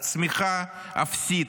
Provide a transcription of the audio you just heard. הצמיחה אפסית,